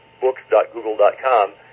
books.google.com